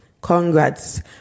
Congrats